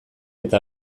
eta